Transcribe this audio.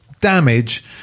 damage